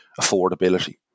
affordability